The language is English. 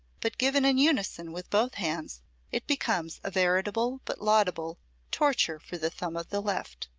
but given in unison with both hands it becomes a veritable but laudable torture for the thumb of the left.